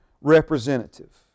representative